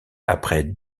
après